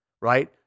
right